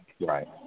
right